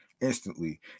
instantly